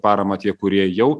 paramą tie kurie jau